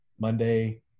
Monday